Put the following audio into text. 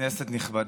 כנסת נכבדה,